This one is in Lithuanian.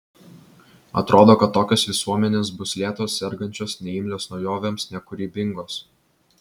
atrodo kad tokios visuomenės bus lėtos sergančios neimlios naujovėms nekūrybingos